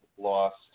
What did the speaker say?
lost